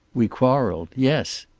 we quarreled. yes.